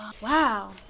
Wow